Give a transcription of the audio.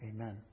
amen